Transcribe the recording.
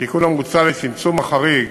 התיקון המוצע לצמצום החריג